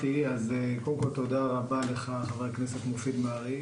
קודם כל תודה רבה לך, חבר הכנסת מופיד מרעי.